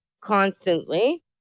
constantly